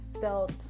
felt